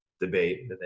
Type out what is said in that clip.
debate